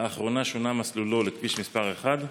לאחרונה שונה מסלולו לכביש מס' 1,